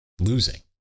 losing